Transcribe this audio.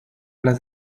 las